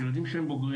אלא ילדים בוגרים.